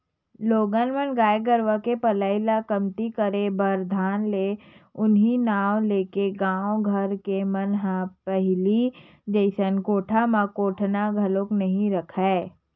लोगन मन गाय गरुवा के पलई ल कमती करे बर धर ले उहीं नांव लेके गाँव घर के मन ह पहिली जइसे कोठा म कोटना घलोक नइ रखय